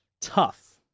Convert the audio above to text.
tough